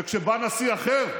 וכשבא נשיא אחר,